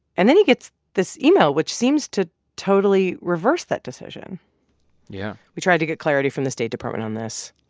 and then he gets this email which seems to totally reverse that decision yeah we tried to get clarity from the state department on this.